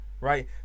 right